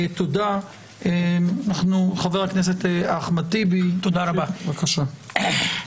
חה"כ אחמד טיבי, בבקשה.